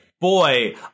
boy